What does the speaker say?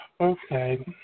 Okay